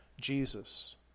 Jesus